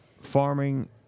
farming